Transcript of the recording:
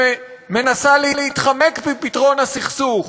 שמנסה להתחמק מפתרון הסכסוך,